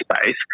space